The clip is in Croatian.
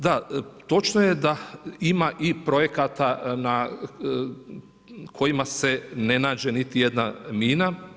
Da, točno je da ima i projekata na kojima se ne nađe niti jedna mina.